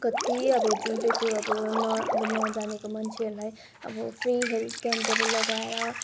कत्ति अब जुन चाहिँ त्यो अब न अब नजानेको मान्छेहरूलाई अब फ्री हेल्थ क्याम्पहरू लगाएर